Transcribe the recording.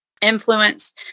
influence